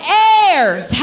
heirs